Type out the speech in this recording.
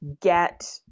get